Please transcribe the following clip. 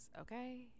okay